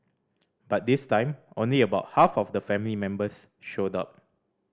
but this time only about half of the family members showed up